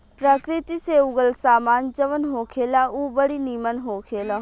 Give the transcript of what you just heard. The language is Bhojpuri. प्रकृति से उगल सामान जवन होखेला उ बड़ी निमन होखेला